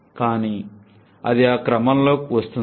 కానీ అది ఆ క్రమంలోనే వస్తుంది